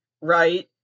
Right